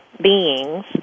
beings